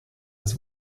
des